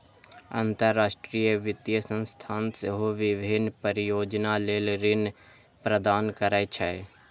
अंतरराष्ट्रीय वित्तीय संस्थान सेहो विभिन्न परियोजना लेल ऋण प्रदान करै छै